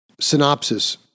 synopsis